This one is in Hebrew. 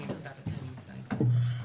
אני אמצא את זה ואראה לך.